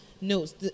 Notes